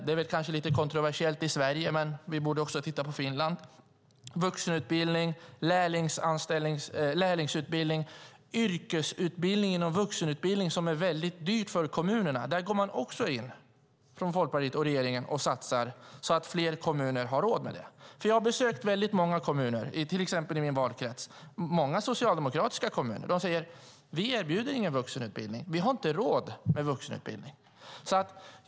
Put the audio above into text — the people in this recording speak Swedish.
Det är kanske lite kontroversiellt i Sverige, men vi borde titta på hur man har gjort i Finland. Yrkesutbildning och vuxenutbildning är väldigt dyrt för kommunerna, och där går man in från Folkpartiet och regeringen och satsar så att fler kommuner har råd. Jag har besökt många kommuner, till exempel i min valkrets, och många av dem är socialdemokratiska. De säger: Vi erbjuder ingen vuxenutbildning, för vi har inte råd.